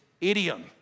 idiom